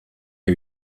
que